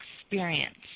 experience